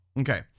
Okay